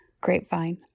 Grapevine